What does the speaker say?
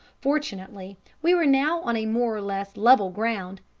fortunately we were now on a more or less level ground,